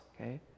okay